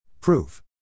Proof